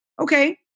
okay